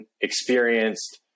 experienced